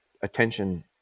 attention